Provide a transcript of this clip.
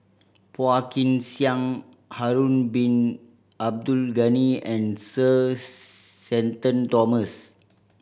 Phua Kin Siang Harun Bin Abdul Ghani and Sir Shenton Thomas